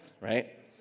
Right